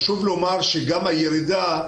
גם הירידה,